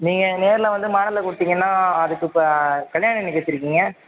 நீங்கள் நேரில் வந்து மாடலை கொடுத்தீங்கன்னா அதுக்கு இப்போ கல்யாணம் என்னைக்கு வச்சுருக்கீங்க